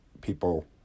People